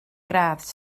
gradd